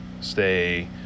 stay